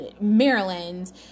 Maryland